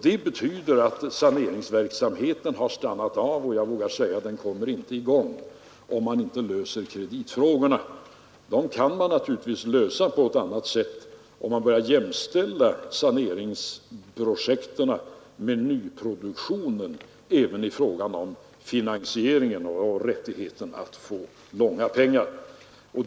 Det betyder att saneringsverksamheten har stannat av, och jag vågar säga att den inte kommer i gång, om man inte löser kreditproblemen. Dem kan man naturligtvis lösa på ett annat sätt om man börjar jämställa saneringsprojekten med nyproduktionen även i fråga om finansieringen och rätten att få långa pengar.